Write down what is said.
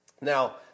Now